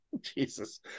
Jesus